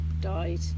died